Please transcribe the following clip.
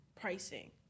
pricing